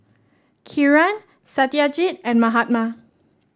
Kiran Satyajit and Mahatma